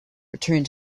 returned